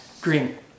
Green